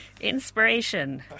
Inspiration